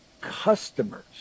customers